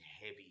heavy